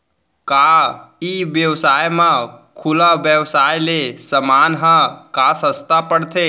का ई व्यवसाय म खुला व्यवसाय ले समान ह का सस्ता पढ़थे?